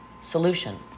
Solution